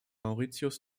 mauritius